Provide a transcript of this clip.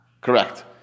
Correct